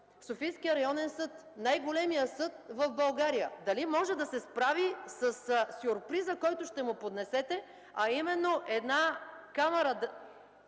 Софийският районен съд, най-големият съд в България – дали може да се справи със сюрприза, който ще му поднесете, а именно една камара